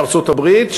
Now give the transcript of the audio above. בארצות-הברית,